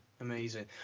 amazing